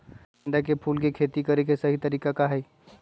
गेंदा के फूल के खेती के सही तरीका का हाई?